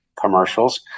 commercials